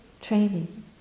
training